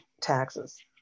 taxes